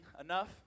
enough